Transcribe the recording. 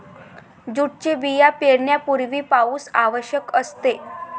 जूटचे बिया पेरण्यापूर्वी पाऊस आवश्यक असते